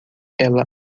ela